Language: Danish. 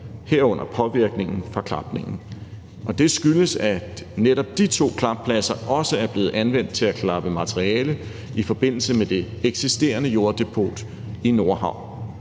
herunder påvirkningen fra klapningen. Kl. 15:09 Det skyldes, at netop de to klappladser også er blevet anvendt til at klappe materiale i forbindelse med det eksisterende jorddepot i Nordhavn.